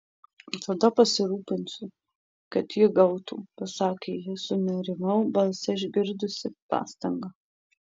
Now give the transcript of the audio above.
tada pasirūpinsiu kad jį gautų pasakė ji sunerimau balse išgirdusi pastangą